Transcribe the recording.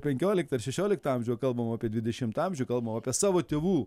penkioliktą ar šešioliktą amžių o kalbam apie dvidešimtą amžių kalbam apie savo tėvų